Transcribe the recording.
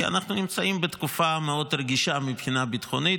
כי אנחנו נמצאים בתקופה מאוד רגישה מבחינה ביטחונית.